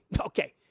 Okay